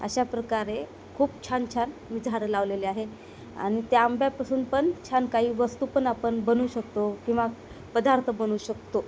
अशा प्रकारे खूप छान छान झाडे लावलेली आहे आणि त्या आंब्यापासून पण छान काही वस्तू पण आपण बनवू शकतो किंवा पदार्थ बनवू शकतो